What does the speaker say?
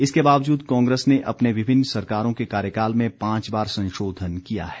इसके बावजूद कांग्रेस ने अपने विभिन्न सरकारों के कार्यकाल में पांच बार संशोधन किया है